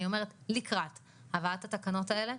אני אומרת: לקראת הבאת התקנות האלה,